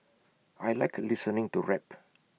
I Like listening to rap